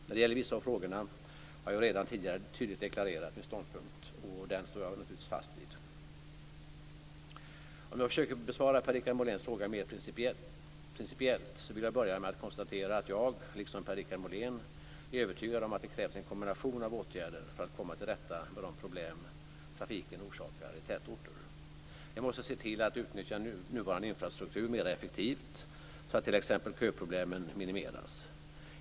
När det gäller vissa av frågorna har jag ju redan tidigare tydligt deklarerat min ståndpunkt, och denna står jag naturligtvis fast vid. Om jag försöker besvara Per-Richard Moléns fråga mer principiellt så vill jag börja med att konstatera att jag liksom Per-Richard Molén är övertygad om att det krävs en kombination av åtgärder för att komma till rätta med de problem trafiken orsakar i tätorter. Vi måste se till att utnyttja nuvarande infrastruktur mera effektivt så att t.ex. köproblemen minimeras.